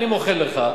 אני מוחל לך,